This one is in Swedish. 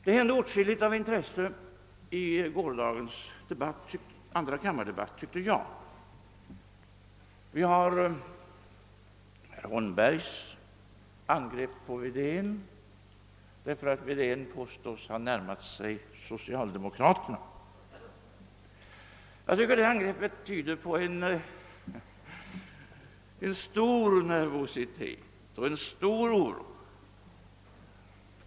Det hände åtskilligt av intresse i gårdagens andrakammardebatt. Det var t.ex. herr Holmbergs angrepp på herr "Wedén därför att herr Wedén påstods ha närmat sig socialdemokraterna. Det angreppet tyder på stor nervositet och oro.